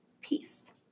peace